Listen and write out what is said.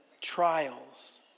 trials